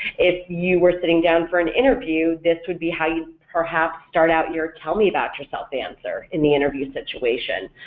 if you were sitting down for an interview this would be how you'd perhaps start out your tell me about yourself answer in the interview situation,